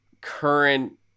current